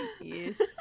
Yes